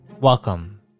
Welcome